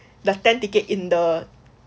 the ten ticket in the